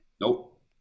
Nope